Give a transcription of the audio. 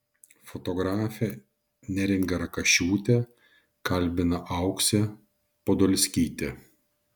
fotografę neringą rekašiūtę kalbina auksė podolskytė